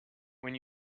when